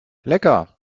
lecker